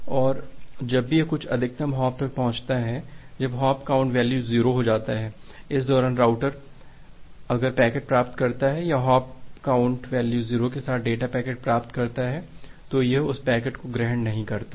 और जब भी यह कुछ अधिकतम हॉप तक पहुंचता है जब हॉप काउंट वैल्यू 0 हो जाता है इस दौरान राउटर अगर पैकेट प्राप्त करता है या हॉप्स काउंट वैल्यू 0 के साथ डेटा पैकेट प्राप्त करता है तो यह उस पैकेट को ग्रहण नहीं करता है